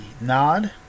nod